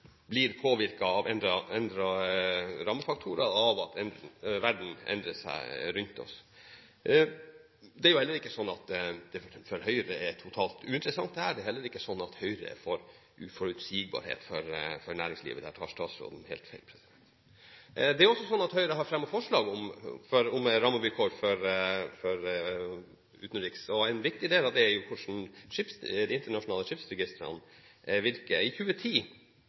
blir påvirket av endrede rammefaktorer og av at verden endrer seg rundt oss. Det er jo ikke sånn at for Høyre er dette totalt uinteressant. Det er heller ikke sånn at Høyre er for uforutsigbarhet for næringslivet, der tar statsråden helt feil. Høyre har fremmet forslag om rammevilkår for sjøfolk i utenriksfart. En viktig del av det er hvordan de internasjonale skipsregistrene virker. I 2010